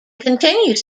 continues